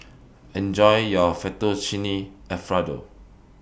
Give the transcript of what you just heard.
Enjoy your Fettuccine Alfredo